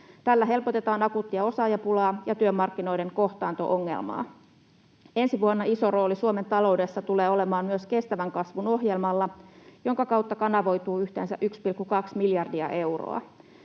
Tällä helpotetaan akuuttia osaajapulaa ja työmarkkinoiden kohtaanto-ongelmaa. Ensi vuonna iso rooli Suomen taloudessa tulee olemaan myös kestävän kasvun ohjelmalla, jonka kautta kanavoituu yhteensä 1,2 miljardia euroa.